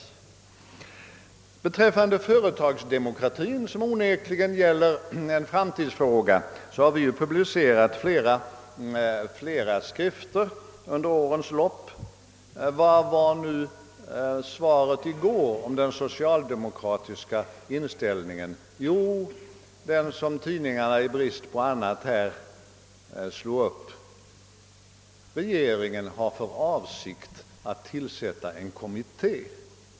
Vad företagsdemokratin beträffar — som onekligen är en framtidsfråga — har vi under årens lopp publicerat flera skrifter. Men vad blev svaret i går om den socialdemokratiska inställningen i det fallet, ett svar som tidningarna i brist på annat i dag har slagit upp? Jo, svaret är att regeringen har för avsikt att tillsätta en kommitté.